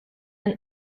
and